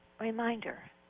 reminder